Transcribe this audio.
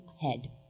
head